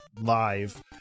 live